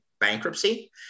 bankruptcy